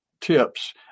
tips